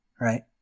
Right